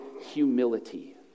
humility